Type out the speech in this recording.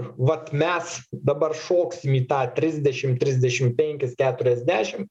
vat mes dabar šoksim į tą trisdešim trisdešim penkis keturiasdešim